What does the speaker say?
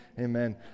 Amen